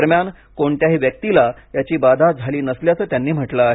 दरम्यान कोणत्याही व्यक्तीला याची बाधा झाली नसल्याचं त्यांनी म्हटलं आहे